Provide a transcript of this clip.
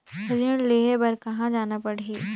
ऋण लेहे बार कहा जाना पड़ही?